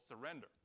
surrender